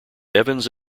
evans